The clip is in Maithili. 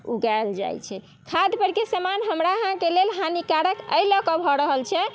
उगायल जाइत छै खाद परके समान हमरा अहाँकेँ लेल हानिकारक एहि लऽ के भऽ रहल छै